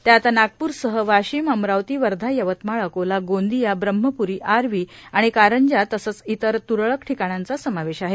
त्यात नागपूरसह वाशिम अमरावती वर्धा यवतमाळ अकोला गोंदिया ब्रह्मप्री आर्वी आणि कारंजा तसंच इतर त्रळक ठिकाणांचा समावेश आहे